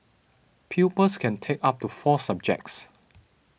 pupils can take up to four subjects